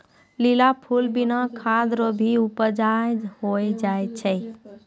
lily फूल बिना खाद रो भी उपजा होय जाय छै